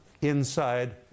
inside